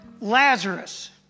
Lazarus